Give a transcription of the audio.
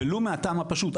ולו מהטעם הפשוט,